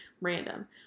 random